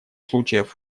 случаев